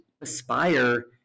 aspire